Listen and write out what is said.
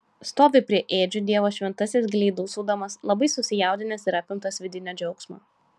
stovi prie ėdžių dievo šventasis giliai dūsaudamas labai susijaudinęs ir apimtas vidinio džiaugsmo